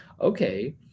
okay